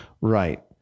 Right